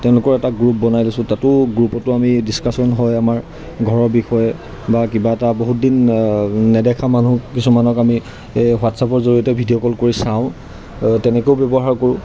তেওঁলোকৰ এটা গ্ৰুপ বনাই লৈছোঁ তাতো গ্ৰুপতো আমি ডিছকাশ্যন হয় আমাৰ ঘৰৰ বিষয়ে বা কিবা এটা বহুত দিন নেদেখা মানুহ কিছুমানক আমি এই হোৱাটছআপৰ জৰিয়তে ভিডিঅ' কল কৰি চাওঁ তেনেকৈও ব্যৱহাৰ কৰোঁ